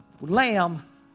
lamb